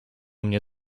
mnie